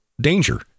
danger